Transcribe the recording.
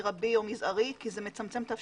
מרבי או מזערי כי זה מצמצם את האפשרויות.